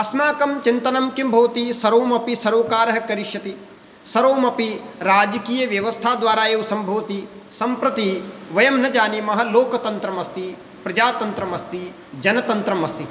अस्माकं चिन्तनं किं भवति सर्वमपि सर्वकारः करिष्यति सर्वमपि राजकीयव्यवस्थाद्वारा एव सम्भवति सम्प्रति वयं न जानीमः लोकतन्त्रम् अस्ति प्रजातन्त्रम् अस्ति जनतन्त्रम् अस्ति